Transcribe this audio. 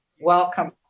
welcome